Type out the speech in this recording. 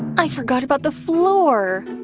i forgot about the floor.